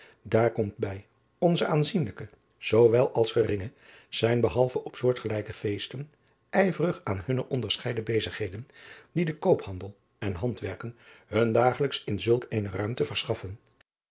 aar komt bij onze aanzienlijken zoowel als geringeren zijn behalve op soortgelijke feesten ijverig aan hunne onderscheiden bezigheden die de koophandel en handwerken hun dagelijks in zulk eene ruimte verschaffen